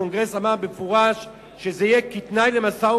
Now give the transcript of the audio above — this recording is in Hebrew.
הקונגרס אמר במפורש שזה יהיה כתנאי למשא-ומתן,